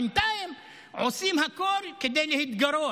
בינתיים עושים הכול כדי להתגרות,